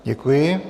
Děkuji.